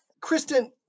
Kristen